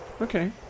Okay